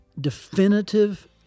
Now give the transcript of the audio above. definitive